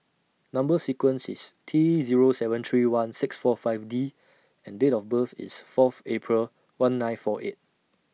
Number sequence IS T Zero seven three one six four five D and Date of birth IS Fourth April one nine four eight